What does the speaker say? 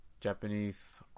Japanese